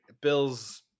Bills